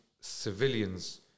civilians